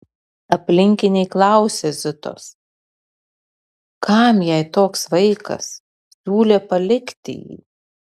aplinkiniai klausė zitos kam jai toks vaikas siūlė palikti jį